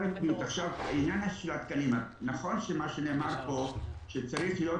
העניין של התקנים, נכון שמה שנאמר פה שלפני